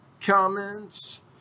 comments